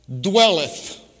dwelleth